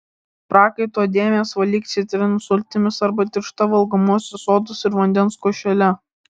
prakaito dėmes valyk citrinų sultimis arba tiršta valgomosios sodos ir vandens košele